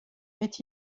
est